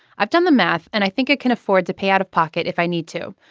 i've done the math and i think it can afford to pay out of pocket if i need to.